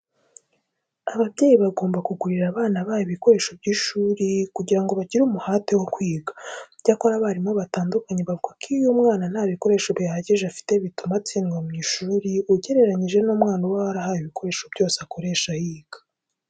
Ababyeyi bagomba kugurira abana babo ibikoresho by'ishuri kugira ngo bagire umuhate wo kwiga. Icyakora abarimu batandukanye bavuga ko iyo umwana nta bikoresho bihagije afite bituma atsindwa mu ishuri ugereranyije n'umwana uba warahawe ibikoresho byose akoresha yiga.